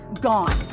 gone